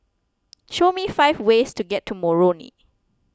show me five ways to get to Moroni